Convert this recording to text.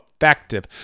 effective